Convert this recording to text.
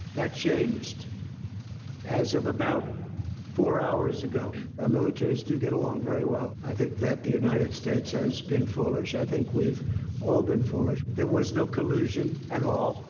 that changed as of about four hours ago. our militaries do get along very well. i think that the united states has been foolish. i think we've all been foolish. there was no collusion at all.